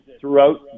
throughout